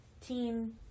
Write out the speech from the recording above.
Team